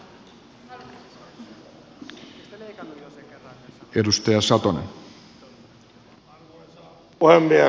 arvoisa puhemies